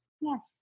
Yes